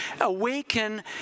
awaken